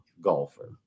golfer